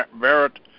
Barrett